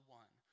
one